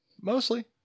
Mostly